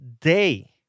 day